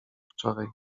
wczoraj